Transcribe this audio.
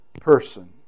person